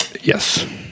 Yes